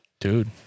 dude